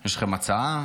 יש לכם הצעה?